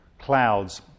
clouds